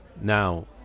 now